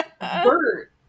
Bert